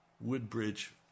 Woodbridge